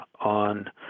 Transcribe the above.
on